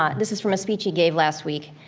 um this is from a speech he gave last week.